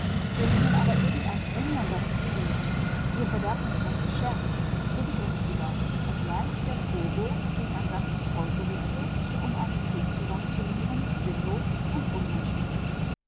wenn ihnen aber irgendein engländer zurief ihr verderbt uns das geschäft so begriffen sie das obgleich der vorwurf gegen ein ganzes volk gerichtet um einen krieg zu sanktionieren sinnlos und unmenschlich ist